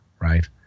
Right